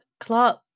clark